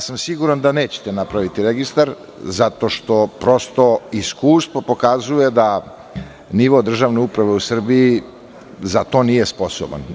Siguran sam da nećete napraviti registar zato što iskustvo pokazuje da nivo državne uprave u Srbiji za to nije sposoban.